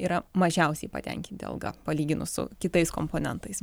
yra mažiausiai patenkinti alga palyginus su kitais komponentais